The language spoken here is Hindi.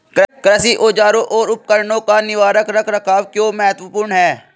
कृषि औजारों और उपकरणों का निवारक रख रखाव क्यों महत्वपूर्ण है?